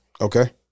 Okay